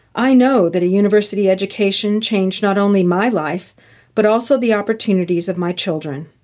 i know that a university education changed not only my life but also the opportunities of my children.